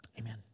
Amen